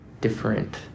different